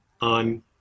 on